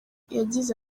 yagize